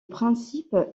principe